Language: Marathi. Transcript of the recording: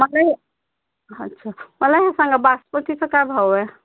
मला हे अच्छा मला हे सांगा बासमतीचं काय भाव आहे